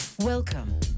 Welcome